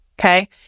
Okay